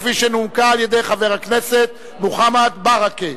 כפי שנומקה על-ידי חבר הכנסת מוחמד ברכה.